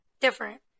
Different